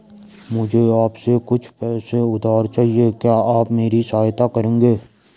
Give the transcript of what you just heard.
मुझे आपसे कुछ पैसे उधार चहिए, क्या आप मेरी सहायता करेंगे?